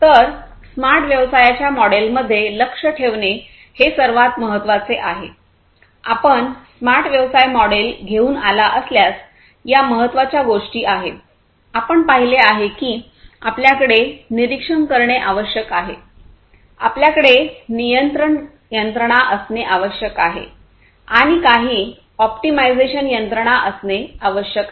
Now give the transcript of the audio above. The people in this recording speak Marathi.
तर स्मार्ट व्यवसायाच्या मॉडेलमध्ये लक्ष ठेवणे हे सर्वात महत्वाचे आहे आपण स्मार्ट व्यवसाय मॉडेल घेऊन आला असल्यासया महत्त्वाच्या गोष्टी आहेत आपण पाहिले आहे की आपल्याकडे निरीक्षण करणे आवश्यक आहे आपल्याकडे नियंत्रण यंत्रणा असणे आवश्यक आहे आणि काही ऑप्टिमायझेशन यंत्रणा असणे आवश्यक आहे